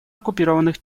оккупированных